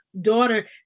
daughter